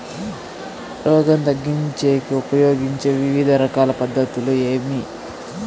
రోగం తగ్గించేకి ఉపయోగించే వివిధ రకాల పద్ధతులు ఏమి?